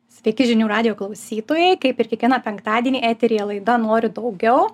sveiki žinių radijo klausytojai kaip ir kiekvieną penktadienį eteryje laida noriu daugiau